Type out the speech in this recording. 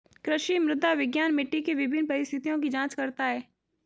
कृषि मृदा विज्ञान मिट्टी के विभिन्न परिस्थितियों की जांच करता है